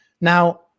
Now